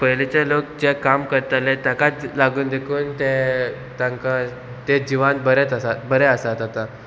पयलेंचे लोक जे काम करतले ताकाच लागून देखून ते तांकां ते जिवान बरेत बरे आसात आतां